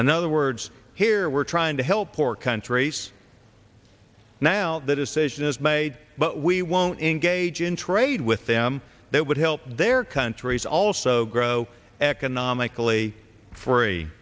and other words here we're trying to help poor countries now the decision is made but we won't engage in trade with them that would help their countries also grow economically free